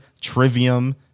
Trivium